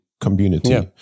community